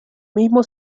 mismo